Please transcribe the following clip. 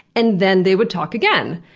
and then they would talk again,